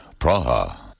Praha